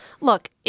Look